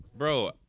Bro